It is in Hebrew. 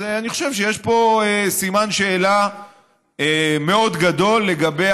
אז אני חושב שיש פה סימן שאלה מאוד גדול לגבי